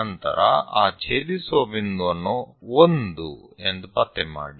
ನಂತರ ಆ ಛೇದಿಸುವ ಬಿಂದುವನ್ನು 1 ಎಂದು ಪತ್ತೆ ಮಾಡಿ